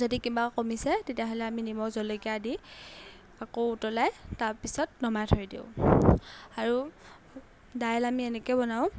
যদি কিবা কমিছে তেতিয়াহ'লে আমি নিমখ জলকীয়া দি আকৌ উতলাই তাৰপিছত নমাই থৈ দিওঁ আৰু দাইল আমি এনেকৈ বনাওঁ